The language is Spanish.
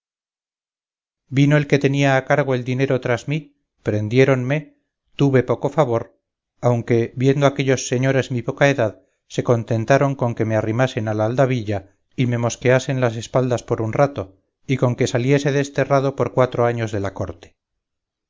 vino el que tenía a cargo el dinero tras mí prendiéronme tuve poco favor aunque viendo aquellos señores mi poca edad se contentaron con que me arrimasen al aldabilla y me mosqueasen las espaldas por un rato y con que saliese desterrado por cuatro años de la corte